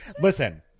Listen